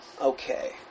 Okay